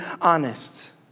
honest